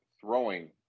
throwing